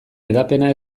hedapena